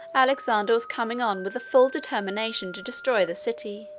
alexander was coming on with a full determination to destroy the city.